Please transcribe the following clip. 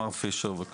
מר פישר, בבקשה.